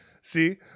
see